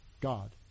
God